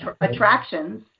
attractions